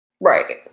right